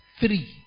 three